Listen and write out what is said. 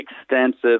extensive